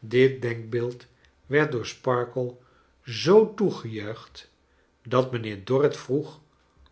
dit denkbeeld werd door sparkler zoo toegejuicht dat mijnheer dorrit vroeg